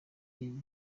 uyu